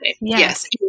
yes